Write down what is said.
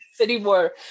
anymore